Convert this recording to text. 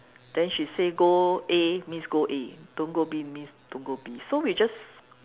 then she say go A means go A don't go B means don't go B so we just